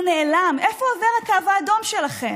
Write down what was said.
איפה עובר הקו האדום שלכם?